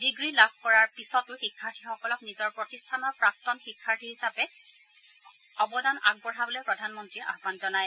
degree লাভ কৰাৰ পিছতো শিক্ষাৰ্থীসকলক নিজৰ প্ৰতিষ্ঠানৰ প্ৰাক্তন শিক্ষাৰ্থী হিচাপে অৱদান আগবঢ়াবলৈ প্ৰধানমন্ত্ৰীয়ে আহান জনায়